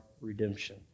redemption